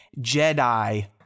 Jedi